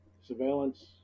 surveillance